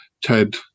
Ted